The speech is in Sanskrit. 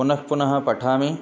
पुनः पुनः पठामि